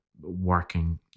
working